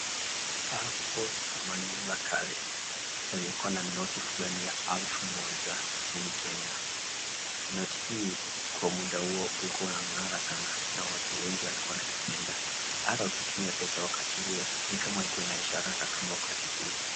Hapo zamani za kale palikuwa na noti ya alfu moja nchini Kenya noti hii kwa muda huo ulikuwa inangara sana na watu wengi walikuwa wanaipenda na haikuwa inaisha kwa haraka si kama wakati huu.